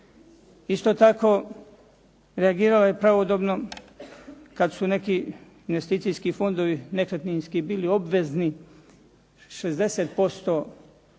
Isto tako, reagirala je pravodobno kad su neki investicijski fondovi nekretninski bili obvezni 60%